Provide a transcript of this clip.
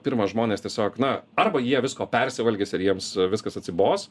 pirma žmonės tiesiog na arba jie visko persivalgys ir jiems viskas atsibos